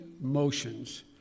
motions